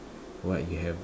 what you have